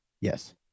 Yes